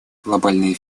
глобальный